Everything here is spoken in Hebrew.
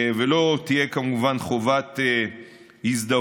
ולא תהיה כמובן חובת הזדהות.